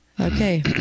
Okay